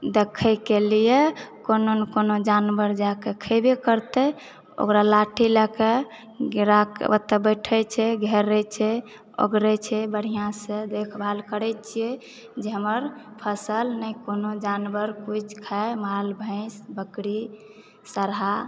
देखैके लिए कोनो ने कोनो जानवर जाए कऽ खेबे करतै ओकरा लाठी लए कऽ बैठै छै घेरै छै ओगरै छै बढ़िआँसँ देखभाल करै छिऐ जे हमर फसल नहि कोनो जानवर केओ खाए माल भैंस बकरी सरहा